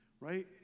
Right